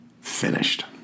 Finished